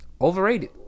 overrated